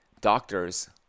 doctors